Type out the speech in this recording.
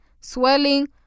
swelling